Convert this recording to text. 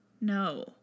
No